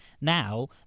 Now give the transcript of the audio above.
Now